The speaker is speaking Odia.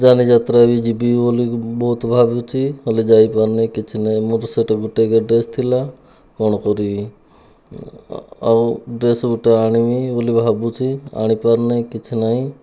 ଯାନୀ ଯାତ୍ରା ବି ଯିବି ବୋଲି ବହୁତ ଭାବିଛି ହେଲେ ଯାଇପାରୁନି କିଛି ନାହିଁ ମୋର ସେହିଟା ଗୋଟେ କେ ଡ୍ରେସ ଥିଲା କ'ଣ କରିବି ଆଉ ଡ୍ରେସ ଗୋଟେ ଆଣିବି ବୋଲି ଭାବୁଛି ଆଣିପାରୁ ନାହିଁ କିଛି ନାହିଁ